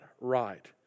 right